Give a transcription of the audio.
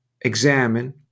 examine